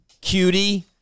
Cutie